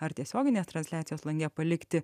ar tiesioginės transliacijos lange palikti